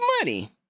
money